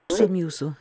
klausom jūsų